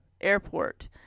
airport